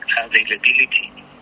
availability